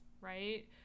right